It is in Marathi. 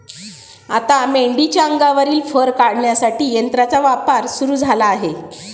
आता मेंढीच्या अंगावरील फर काढण्यासाठी यंत्राचा वापर सुरू झाला आहे